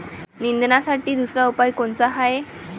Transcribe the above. निंदनासाठी दुसरा उपाव कोनचा हाये?